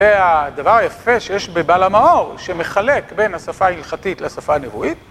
זה הדבר היפה שיש בבעל המאור, שמחלק בין השפה ההלכתית לשפה הנבואית...